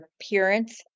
appearance